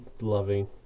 loving